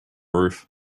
roof